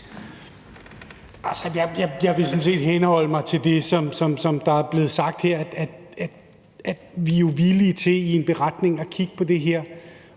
set henholde mig til det, som der er blevet sagt her, nemlig at vi jo er villige til i en beretning at kigge på det her